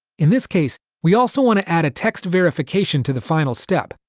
in this case, we also want to add a text verification to the final step,